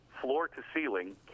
floor-to-ceiling